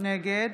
נגד